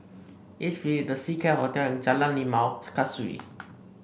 east we The Seacare Hotel and Jalan Limau Kasturi